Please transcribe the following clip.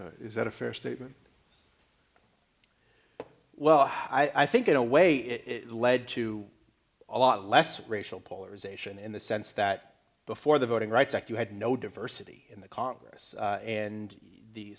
is that a fair statement well i think in a way it led to a lot less racial polarization in the sense that before the voting rights act you had no diversity in the congress and the